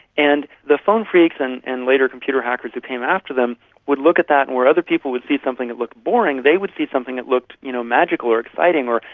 and the phone phreaks and and later computer hackers who came after them would look at that and where other people would see something that looked boring, they would see something that looked you know magical or exciting or,